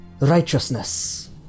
Righteousness